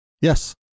Yes